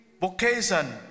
vocation